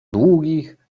długich